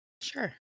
Sure